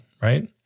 right